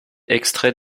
extraits